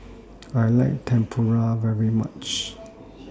I like Tempura very much